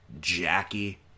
Jackie